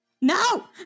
No